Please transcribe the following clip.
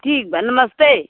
ठीक बा नमस्ते